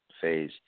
phase